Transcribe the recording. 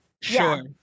sure